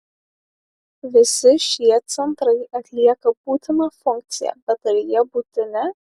visi šie centrai atlieka būtiną funkciją bet ar jie būtini